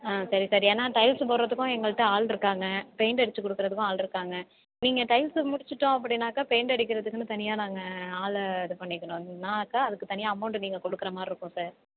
ஆ சரி சரி ஏன்னா டைல்ஸ் போடுறதுக்கும் எங்கள்கிட்ட ஆள் இருக்காங்க பெயிண்ட் அடிச்சு கொடுக்கறதுக்கும் ஆள் இருக்காங்க நீங்கள் டைல்ஸ முடிச்சிவிட்டோம் அப்படினாக்கா பெயிண்ட் அடிக்கறதுக்குன்னு தனியாக நாங்கள் ஆளை இது பண்ணிக்கிறோன்னானாக்க அதற்குத் தனியாக அமௌன்டு நீங்கள் கொடுக்குற மாதிரி இருக்கும் சார்